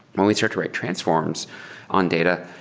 when we start to write transforms on data,